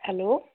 hello